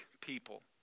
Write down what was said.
people